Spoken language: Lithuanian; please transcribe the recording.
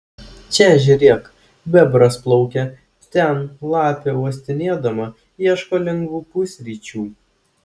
čia žiūrėk bebras plaukia ten lapė uostinėdama ieško lengvų pusryčių